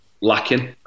lacking